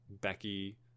becky